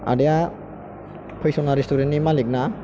आदाया 'फै सना रेस्टुरेन्ट ' नि मालिक ना